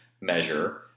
measure